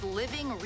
living